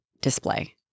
display